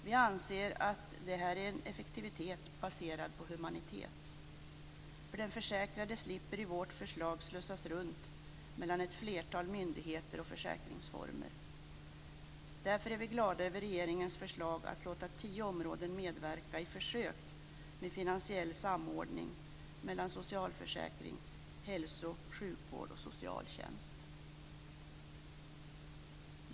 Vi anser att detta är en effektivitet baserad på humanitet, för den försäkrade slipper enligt vårt förslag slussas runt mellan ett flertal myndigheter och försäkringsformer. Därför är vi glada över regeringens förslag att låta tio områden medverka i ett försök med finansiell samordning mellan socialförsäkring, hälso och sjukvård samt socialtjänst.